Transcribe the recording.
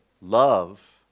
love